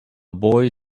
boy